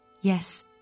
Yes